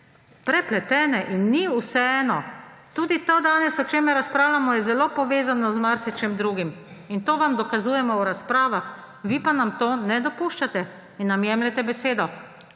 Prepletene in ni vseeno. Tudi to, o čemer razpravljamo danes, je zelo povezano z marsičim drugim in to vam dokazujemo v razpravah, vi pa nam tega ne dopuščate in nam jemljete besedo.